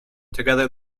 together